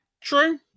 True